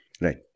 Right